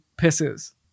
pisses